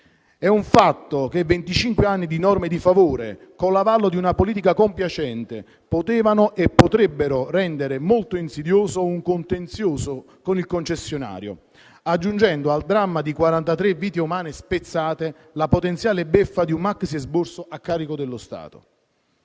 È un fatto che venticinque anni di norme di favore, con l'avallo di una politica compiacente, potevano e potrebbero rendere molto insidioso un contenzioso con il concessionario, aggiungendo al dramma di quarantatré vite umane spezzate la potenziale beffa di una maxi-esborso a carico dello Stato.